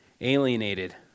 Alienated